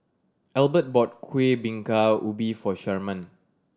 Elbert bought Kueh Bingka Ubi for Sharman